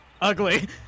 ugly